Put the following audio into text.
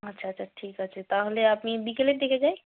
আচ্ছা আচ্ছা ঠিক আছে তাহলে আমি বিকেলের দিকে যাই